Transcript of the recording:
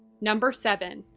number seven,